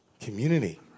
Community